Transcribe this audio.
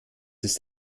ist